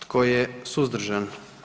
Tko je suzdržan?